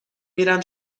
میرم